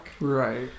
Right